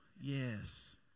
Yes